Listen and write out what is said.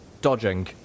dodging